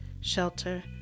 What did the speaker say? shelter